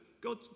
God